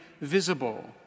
visible